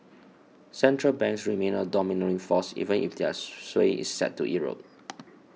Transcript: central banks remain a domineering force even if their sway is set to erode